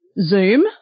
Zoom